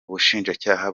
ubushinjacyaha